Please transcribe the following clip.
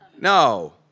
No